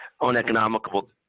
uneconomical